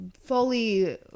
fully